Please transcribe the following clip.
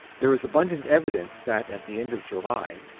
there is abundant evidence that at the end of july,